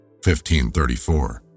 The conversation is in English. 15.34